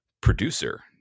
producer